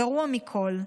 הגרוע מכול.